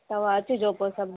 तव्हां अचिजो पोइ सभु